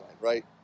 right